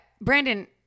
Brandon